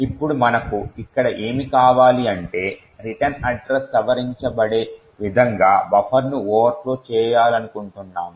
ఇప్పుడు మనకు ఇక్కడ ఏమి కావాలి అంటే రిటన్ అడ్రస్ సవరించబడే విధంగా బఫర్ను ఓవర్ఫ్లో చేయాలనుకుంటున్నాము